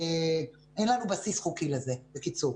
אין לנו בסיס חוקי לזה, בקיצור.